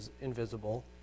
invisible